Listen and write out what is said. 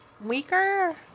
weaker